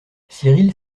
cyrille